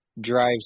drives